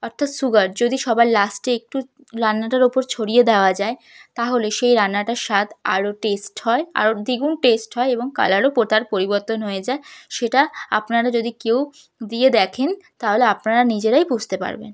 অর্থাৎ সুগার যদি সবার লাস্টে একটু রান্নাটার ওপর ছড়িয়ে দেওয়া যায় তাহলে সেই রান্নাটার স্বাদ আরও টেস্ট হয় আরও দ্বিগুণ টেস্ট হয় এবং কালারও তার পরিবর্তন হয়ে যায় সেটা আপনারা যদি কেউ দিয়ে দেখেন তাহলে আপনারা নিজেরাই বুঝতে পারবেন